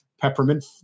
peppermint